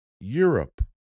Europe